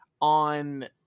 on